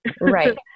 Right